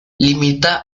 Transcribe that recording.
limita